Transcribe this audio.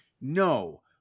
No